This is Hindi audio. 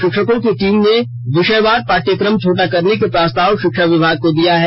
शिक्षकों की टीम ने विषयवार पाठ्यक्रम छोटा करने का प्रस्ताव शिक्षा विभाग को दिया है